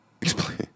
explain